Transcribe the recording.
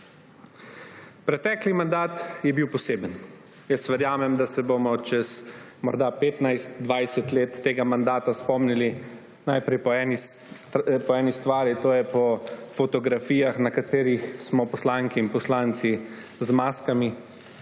Pretekli mandat je bil poseben. Verjamem, da se bomo čez morda 15, 20 let tega mandata spomnili najprej po eni stvari, to je po fotografijah, na katerih smo poslanke in poslanci z maskami.